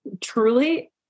truly